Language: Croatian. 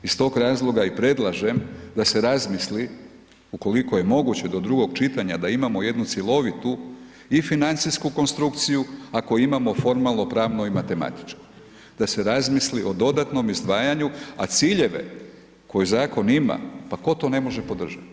Iz tog razloga i predlažem da se razmisli ukoliko je moguće do drugog čitanja da imamo jednu cjelovitu i financijsku konstrukciju ako imamo formalno, pravno i matematički, da se razmisli o dodatnom izdvajanju a ciljeve koje zakon ima, pa tko to ne može podržati?